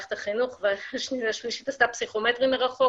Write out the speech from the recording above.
במערכת החינוך והשלישית עשתה פסיכומטרי מרחוק,